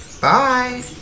bye